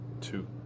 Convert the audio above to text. Two